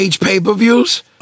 pay-per-views